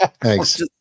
thanks